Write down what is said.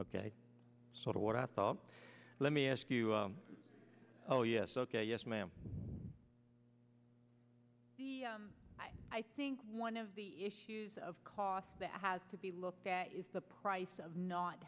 ok sort of what i thought let me ask you oh yes ok yes ma'am i i think one of the issues of costs that has to be looked at is the price of not